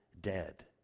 dead